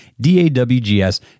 D-A-W-G-S